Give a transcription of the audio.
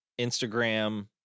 Instagram